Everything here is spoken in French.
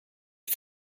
est